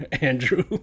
Andrew